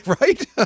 right